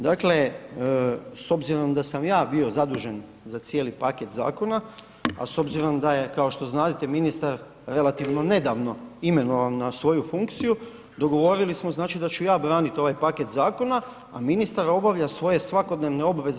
Dakle, s obzorom da sam ja bio zadužen za cijeli paket zakona, a s obzirom kao što znadete ministar relativno nedavno imenovan na svoju funkciju, dogovorili smo da ću ja braniti ovaj paket zakona, a ministar obavlja svoje svakodnevne obveze.